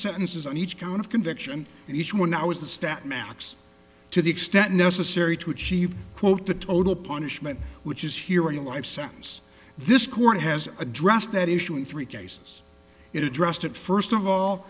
sentences on each count of conviction and each more now is the stat max to the extent necessary to achieve quote the total punishment which is here a life sentence this court has addressed that issue in three cases it addressed it first of all